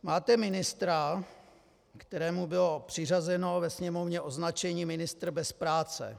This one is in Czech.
Máte ministra, kterému bylo přiřazeno ve Sněmovně označení ministr bez práce.